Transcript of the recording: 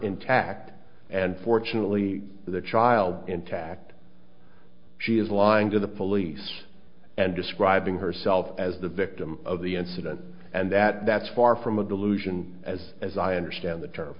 intact and fortunately the child intact she is lying to the police and describing herself as the victim of the incident and that that's far from a delusion as as i understand the t